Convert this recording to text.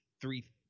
three